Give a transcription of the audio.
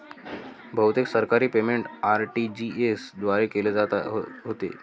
बहुतेक सरकारी payment RTGS द्वारे केले जात होते